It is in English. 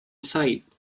sight